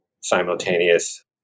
simultaneous